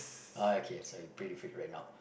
uh okay so you pretty fit right now